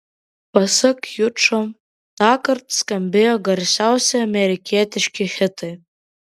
pasak jučo tąkart skambėjo garsiausi amerikietiški hitai